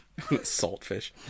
Saltfish